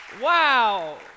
Wow